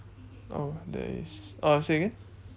oh there is uh say again